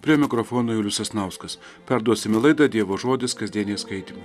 prie mikrofono julius sasnauskas perduosime laidą dievo žodis kasdieniai skaitymai